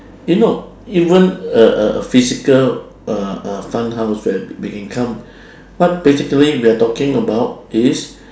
you know even a a physical uh uh fun house where we can come what basically we are talking about is